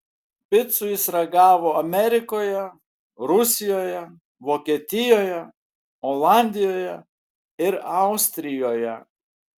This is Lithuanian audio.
picų jis ragavo amerikoje rusijoje vokietijoje olandijoje ir austrijoje